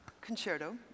concerto